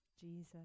Jesus